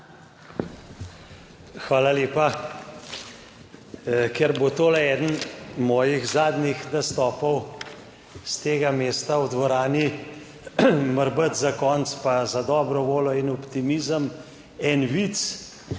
Hvala lepa, ker bo to le eden mojih zadnjih nastopov s tega mesta v dvorani, morebiti za konec pa za dobro voljo in optimizem en vic,